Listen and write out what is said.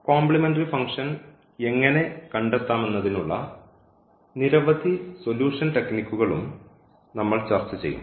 complementary function എങ്ങനെ കണ്ടെത്താമെന്നതിനുള്ള നിരവധി സൊല്യൂഷൻ ടെക്നിക്കുകളും നമ്മൾ ചർച്ച ചെയ്യും